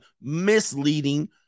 misleading